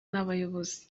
nabayobozi